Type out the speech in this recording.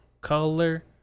color